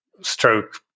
stroke